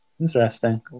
Interesting